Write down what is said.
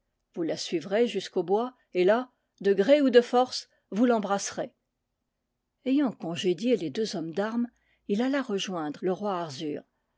vous la suivrez jusqu'au bois et là de gré ou de force vous l'embrasserez ayant congédié les deux hommes d'armes il alla rejoin dre le roi arzur